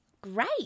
Great